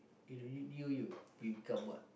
we review you we become what